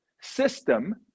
system